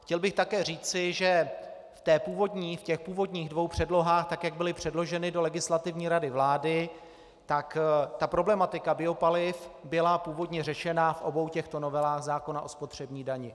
Chtěl bych také říci, že v těch původních dvou předlohách, tak jak byly předloženy do Legislativní rady vlády, ta problematika biopaliv byla původně řešena v obou těchto novelách zákona o spotřební dani.